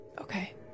okay